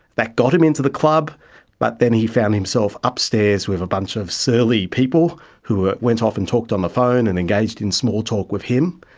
that got him into the club but then he found himself upstairs with a bunch of surly people who went off and talked on the phone and engaged in small talk with him,